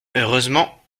heureusement